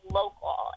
local